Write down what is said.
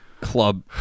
Club